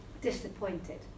disappointed